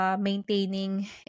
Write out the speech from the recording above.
Maintaining